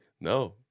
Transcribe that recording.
no